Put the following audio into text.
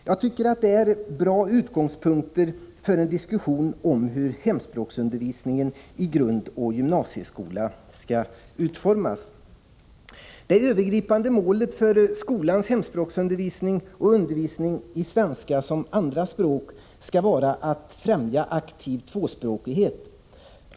Jag tycker att det är bra utgångspunkter för en diskussion om hur hemspråksundervisningen i grundoch gymnasieskola skall utformas. Det övergripande målet för skolans hemspråksundervisning och undervisning i svenska som andra språk skall vara att främja aktiv tvåspråkighet.